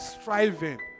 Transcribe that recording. striving